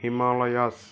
Himalayas